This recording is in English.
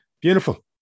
beautiful